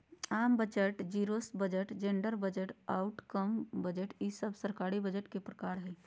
आम budget, zero base budget, gender budget, outcome budget ई सब सरकारी बजट के प्रकार हय